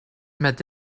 met